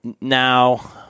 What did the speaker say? now